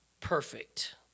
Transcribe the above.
perfect